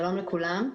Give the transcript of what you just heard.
שלום לכולם.